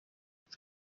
gusa